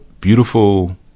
beautiful